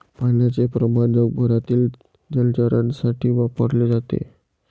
पाण्याचे प्रमाण जगभरातील जलचरांसाठी वापरले जाते